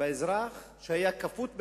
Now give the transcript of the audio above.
באזרח שהיה כפות בידיו,